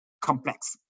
complex